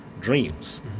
Dreams